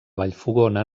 vallfogona